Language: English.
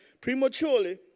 prematurely